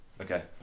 Okay